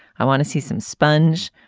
i want to see some sponge.